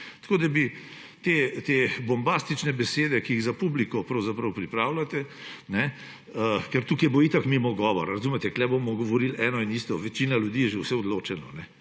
Tako da bi te bombastične besede, ki jih pravzaprav pripravljate za publiko – ker tukaj bo itak mimogovor, razumete? Tukaj bomo govorili eno in isto, večina ljudi je že o vsem odločena,